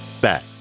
back